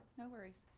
no worries.